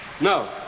No